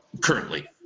currently